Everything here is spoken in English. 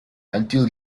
until